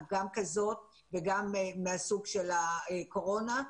גם כזאת וגם מהסוג של הקורונה,